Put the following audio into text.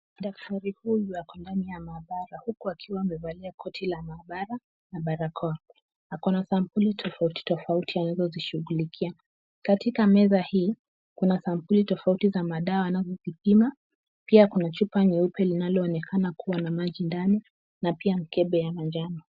Daktari huyu ako ndani ya maabara huku akiwa amevalia koti la maabara na barakoa. Ako na sampuli tofauti tofauti anazozishughulikia. Katika meza hii kuna sampuli tofauti za madawa anazozipima, pia kuna chupa nyeupe linaloonekana kuwa na maji ndani, na pia mkebe ya manjano.